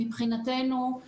מבחינתנו,